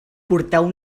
porteu